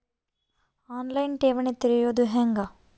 On line ಠೇವಣಿ ತೆರೆಯೋದು ಹೆಂಗ?